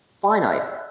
finite